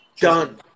Done